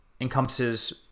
encompasses